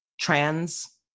trans